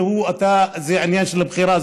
שזה עניין של בחירה,